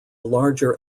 larger